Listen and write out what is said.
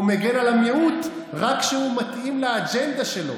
הוא מגן על המיעוט רק כשהוא מתאים לאג'נדה שלו.